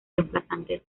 reemplazante